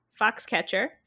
Foxcatcher